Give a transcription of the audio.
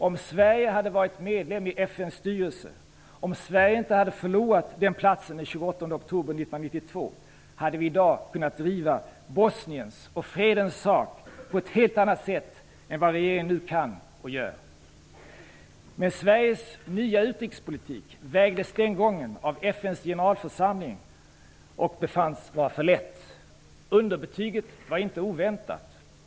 Om Sverige hade varit medlem i FN:s styrelse, om Sverige inte hade förlorat den platsen den 28 oktober 1992, hade vi i dag kunnat driva Bosniens och fredens sak på ett helt annat sätt än vad regeringen nu kan och gör. Men Sveriges nya utrikespolitik vägdes den gången av FN:s generalförsamling och befanns vara för lätt. Underbetyget var inte oväntat.